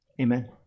Amen